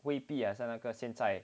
未必好像那个现在